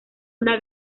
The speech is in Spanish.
una